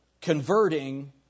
converting